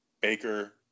Baker